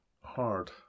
hard